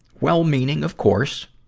well meaning, of course.